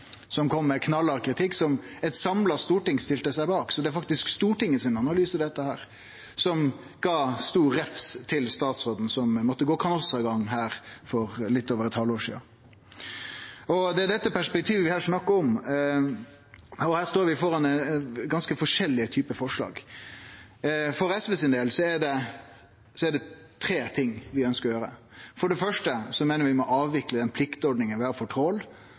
som kom med knallhard kritikk som eit samla storting stilte seg bak. Så dette er faktisk Stortingets analyse, som gav stor refs til statsråden, som måtte gå kanossagang her for litt over eit halvår sidan. Det er dette perspektivet vi snakkar om. Her står vi framfor ganske forskjellige typar forslag. For SVs del er det tre ting vi ønskjer å gjere. For det første meiner vi at vi må avvikle den pliktordninga vi har for